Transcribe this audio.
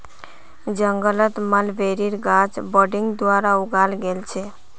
जंगलत मलबेरीर गाछ बडिंग द्वारा उगाल गेल छेक